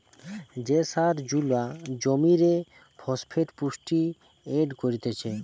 যে সার জুলা জমিরে ফসফেট পুষ্টি এড করতিছে